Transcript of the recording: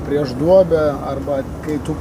prieš duobę arba kai tu